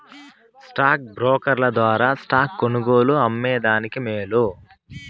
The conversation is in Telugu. స్టాక్ బ్రోకర్ల ద్వారా స్టాక్స్ కొనుగోలు, అమ్మే దానికి మేలు